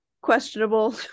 questionable